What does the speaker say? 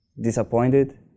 disappointed